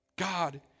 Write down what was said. God